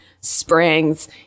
springs